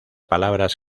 palabras